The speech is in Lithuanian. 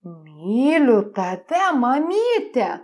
myliu tave mamyte